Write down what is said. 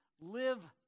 live